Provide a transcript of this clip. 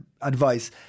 advice